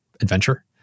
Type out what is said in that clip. adventure